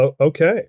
Okay